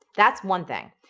that's one thing.